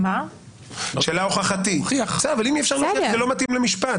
אם אי אפשר להוכיח, זה לא מתאים למשפט.